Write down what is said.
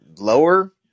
lower